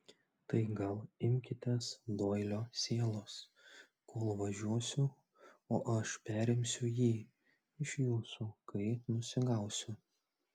tai gal imkitės doilio sielos kol važiuosiu o aš perimsiu jį iš jūsų kai nusigausiu